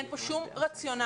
אין פה שום רציונל.